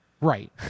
Right